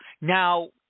Now